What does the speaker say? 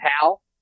Hal